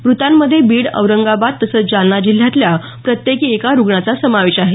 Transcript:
मृतांमध्ये बीड औरंगाबाद तसंच जालना जिल्ह्यातल्या प्रत्येकी एका रुग्णाचा समावेश आहे